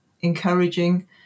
encouraging